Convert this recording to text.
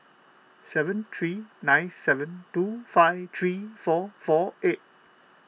seven three nine seven two five three four four eight